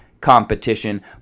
competition